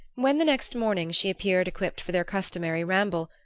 when, the next morning, she appeared equipped for their customary ramble,